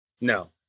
No